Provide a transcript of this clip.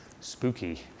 Spooky